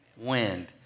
wind